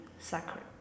Sacred